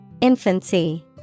Infancy